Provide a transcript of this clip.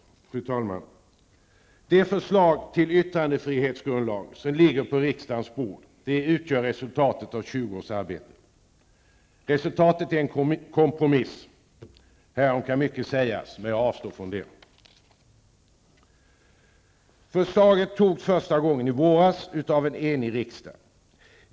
Fru talman! Det förslag till yttrandefrihetsgrundlag som ligger på riksdagens bord utgör resultatet av 20 Resultatet är en kompromiss. Härom kan mycket sägas men jag avstår från det. Förslaget antogs första gången i våras av en enig riksdag.